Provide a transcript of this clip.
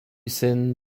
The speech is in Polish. syn